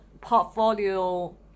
portfolio